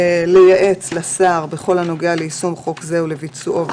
(1)לייעץ לראש הממשלה בכל הנוגע ליישום חוק זה ולביצועו,